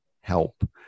help